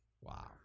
Wow